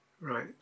right